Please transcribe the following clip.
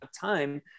time